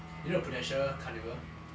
you know the prudential carnival